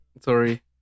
Sorry